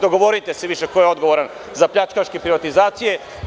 Dogovorite se više ko je odgovoran za pljačkaške privatizacije.